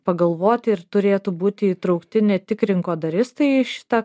pagalvoti ir turėtų būti įtraukti ne tik rinkodaristai šitą